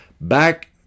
back